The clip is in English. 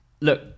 look